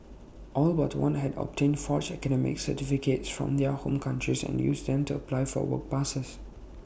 all but one had obtained forged academic certificates from their home countries and used them to apply for work passes